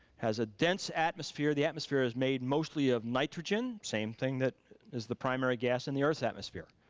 has a dense atmosphere, the atmosphere is made mostly of nitrogen, same thing that is the primary gas in the earth's atmosphere.